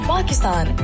Pakistan